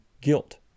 guilt